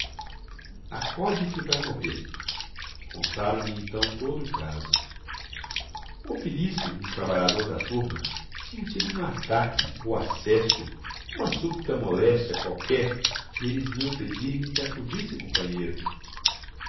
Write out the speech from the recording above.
acode qui vai morrê contaram me então todo o caso o felício um trabalhador da turma tinha tido um ataque ou acesso uma súbita moléstia qualquer e eles vinham pedir-me que acudisse o companheiro